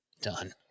done